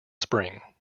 spring